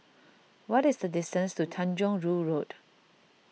what is the distance to Tanjong Rhu Road